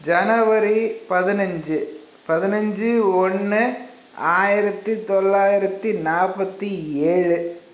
ஜனவரி பதினைஞ்சு பதினைஞ்சு ஒன்று ஆயிரத்தி தொள்ளாயிரத்தி நாற்பத்தி ஏழு